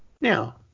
Now